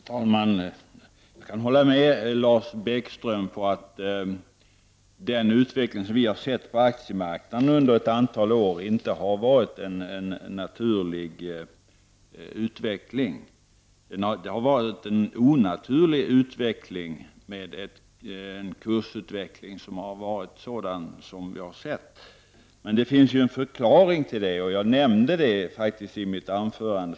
Herr talman! Jag kan hålla med Lars Bäckström om att den utveckling som vi har sett på aktiemarknaden under ett antal år inte har varit en naturlig utveckling. Kursutvecklingen har varit onaturlig, men det finns en förklaring till det, och jag nämnde den faktiskt i mitt huvudanförande.